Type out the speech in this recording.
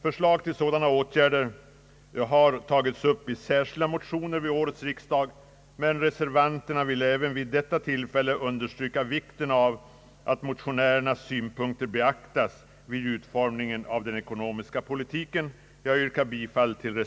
Förslag till sådana åtgärder har tagits upp i särskilda motioner till årets riksdag, men reservanterna vill även vid detta tillfälle understryka. vikten av att motionärernas synpunkter beaktas vid utformningen av den ekonomiska politiken.